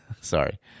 Sorry